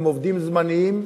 הם עובדים זמניים.